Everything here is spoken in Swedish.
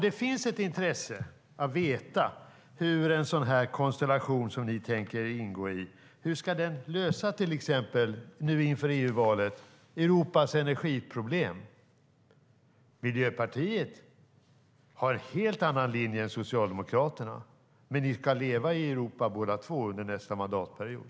Det finns ett intresse av att veta hur en sådan här konstellation som ni tänker ingå i ska lösa till exempel Europas energiproblem - nu inför EU-valet. Miljöpartiet har en helt annan linje än Socialdemokraterna, men ni ska båda två leva i Europa under nästa mandatperiod.